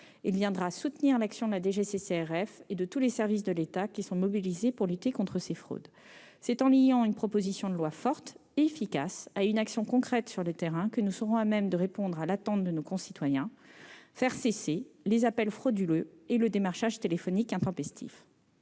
Il viendra soutenir l'action de la DGCCRF et de tous les services de l'État mobilisés pour lutter contre ces fraudes. C'est en conjuguant une loi forte et efficace avec une action concrète sur le terrain que nous serons à même de répondre à l'attente de nos concitoyens : faire cesser les appels frauduleux et le démarchage téléphonique intempestif.